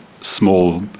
small